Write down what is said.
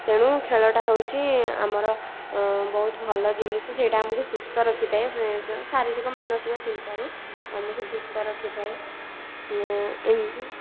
ତେଣୁ ଖେଳଟା ହେଉଛି ଆମର ବହୁତ ଭଲ ଜିନିଷ ସେଇଟା ଆମକୁ ସୁସ୍ଥ ରଖିଥାଏ ସେ ଯେ ଶାରୀରିକ ମାନସିକ ଚିନ୍ତାରୁ ଆମକୁ ସୁସ୍ଥ ରଖିଥାଏ ଏମିତି ଆଉ